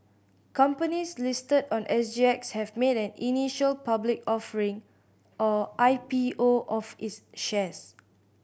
companies listed on S G X have made an initial public offering or I P O of its shares